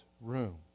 room